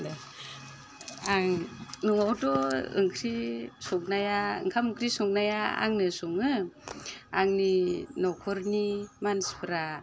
आं न'आवथ' ओंख्रि संनाया ओंखाम ओंख्रि संनाया आंनो सङो आंनि न'खरनि मानसिफ्रा